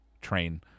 train